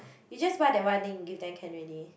you just buy that one then you give them can already